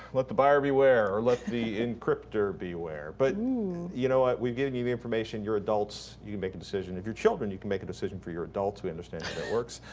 let the buyer beware. or let the encryptor beware. but you know what? we've given you the information, you're adults, you can make the decision. if you're children, you can make a decision for your adults. we understand works.